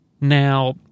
Now